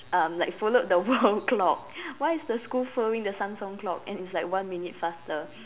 um like followed the world clock why is the school following the Samsung clock and it's like one minute faster